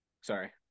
sorry